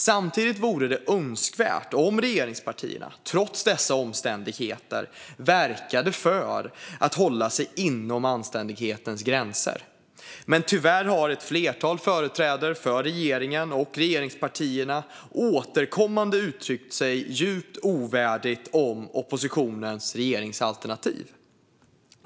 Samtidigt vore det önskvärt om regeringspartierna trots dessa omständigheter verkade för att hålla sig inom anständighetens gränser. Men tyvärr har ett flertal företrädare för regeringen och regeringspartierna återkommande uttryckt sig djupt ovärdigt om oppositionens regeringsalternativ.